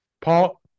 Paul